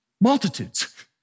multitudes